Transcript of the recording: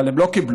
אבל הם לא קיבלו.